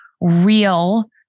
real